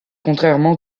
contrairement